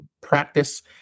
practice